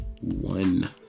one